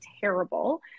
terrible